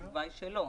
התשובה היא לא.